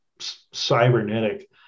cybernetic